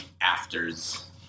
afters